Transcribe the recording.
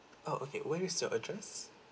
oh okay where is your address